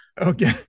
Okay